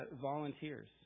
Volunteers